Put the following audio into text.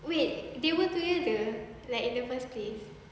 wait they were together like in the first place